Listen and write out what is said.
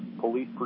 police